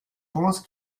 pense